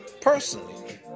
personally